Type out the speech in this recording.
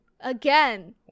again